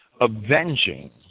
avenging